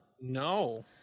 No